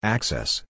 Access